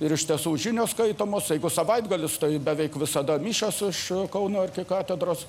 ir iš tiesų žinios skaitomos jeigu savaitgalis beveik visada mišios iš kauno arkikatedros